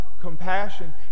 compassion